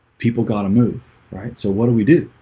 people gotta move, right? so what do we do?